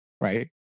Right